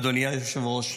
אדוני היושב-ראש,